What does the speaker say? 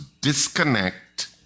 disconnect